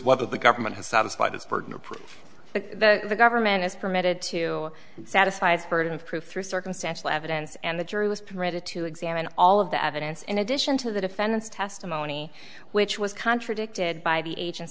whether the government has satisfied this burden of proof that the government is permitted to satisfy its burden of proof through circumstantial evidence and the jury was pretty to examine all of the evidence in addition to the defendant's testimony which was contradicted by the agent